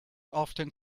often